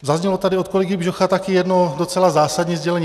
Zaznělo tady od kolegy Bžocha taky jedno docela zásadní sdělení.